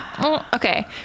okay